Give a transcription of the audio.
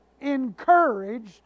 encouraged